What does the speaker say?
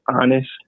honest